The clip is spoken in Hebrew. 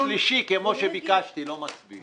על הצו השלישי, כמו שביקשתי, לא מצביעים.